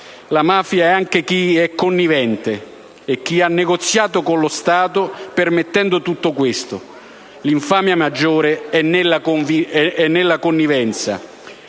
la mafia è anche chi è connivente e chi ha negoziato con lo Stato permettendo tutto questo. L'infamia maggiore è nella connivenza,